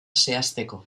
zehazteko